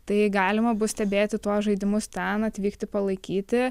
tai galima bus stebėti tuos žaidimus ten atvykti palaikyti